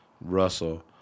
Russell